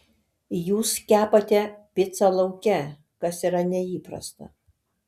jūs kepate picą lauke kas yra neįprasta